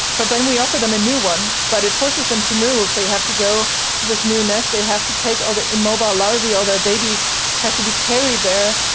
but then we offer them a new one, but it forces them to move. they have to go to this new nest, they have to take all their immobile larvae, all their babies have to be carried there.